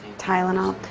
tylenol?